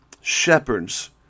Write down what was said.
shepherds